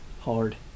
Hard